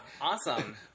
awesome